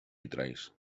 vitralls